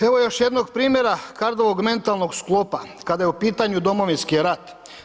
Evo još jednog primjera Kardovog mentalnog sklopa kada je u pitanju Domovinski rat.